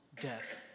death